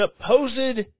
supposed